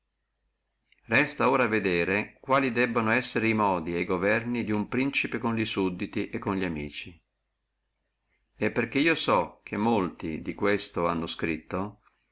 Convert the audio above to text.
resta ora a vedere quali debbano essere e modi e governi di uno principe con sudditi o con li amici e perché io so che molti di questo hanno scritto